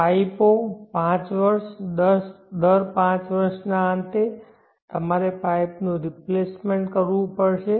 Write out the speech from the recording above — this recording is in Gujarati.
પાઈપો પાંચ વર્ષ દર પાંચ વર્ષના અંતે તમારે પાઇપનું રિપ્લેસમેન્ટ કરવું પડશે